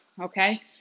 Okay